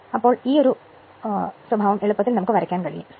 അതിനാൽ ഈ സ്വഭാവം എളുപ്പത്തിൽ വരയ്ക്കാൻ കഴിയും